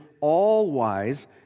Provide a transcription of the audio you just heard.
all-wise